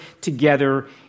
together